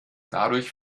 dadurch